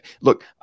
look